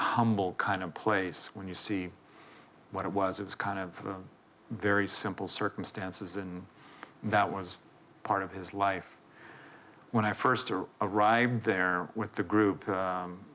humble kind of place when you see what it was it was kind of very simple circumstances and that was part of his life when i first arrived there with the group